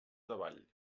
davall